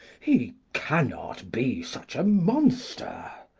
he cannot be such a monster.